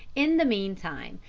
in the mean time,